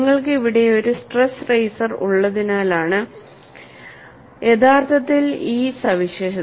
നിങ്ങൾക്ക് ഇവിടെ ഒരു സ്ട്രെസ് റെയ്സർ ഉള്ളതിനാലാണ് യഥാർത്ഥത്തിൽ ഈ സവിശേഷത